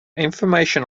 information